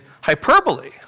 hyperbole